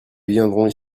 viendront